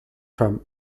from